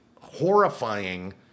horrifying